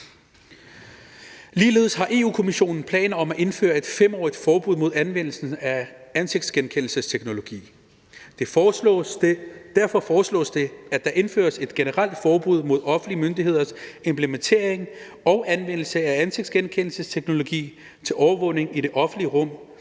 Ligeledes har Europa-Kommissionen planer om at indføre et 5-årigt forbud mod anvendelsen af ansigtsgenkendelsesteknologi. Derfor foreslås det, at der indføres et generelt forbud mod offentlige myndigheders implementering og anvendelse af ansigtsgenkendelsesteknologi til overvågning i det offentlige rum,